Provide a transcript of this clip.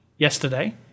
yesterday